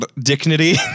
Dignity